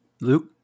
Luke